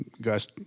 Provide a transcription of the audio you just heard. guys